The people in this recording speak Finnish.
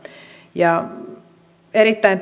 ja erittäin